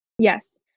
Yes